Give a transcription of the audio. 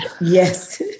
Yes